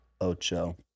Ocho